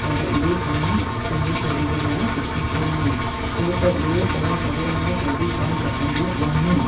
पर इहे शयूं पंहिंजे शरीर लाइ सुठियूं कोन आहिनि छो त इहे पंहिंजे शरीर में जल्दी कोन पचंदियूं आहिनि